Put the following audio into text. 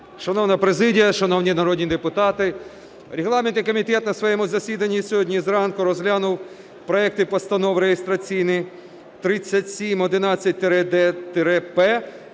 Шановна президія, шановні народні депутати, регламентний комітет на своєму засіданні сьогодні зранку розглянув проекти постанов: реєстраційний 3711-д-П,